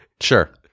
sure